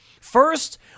first